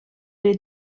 les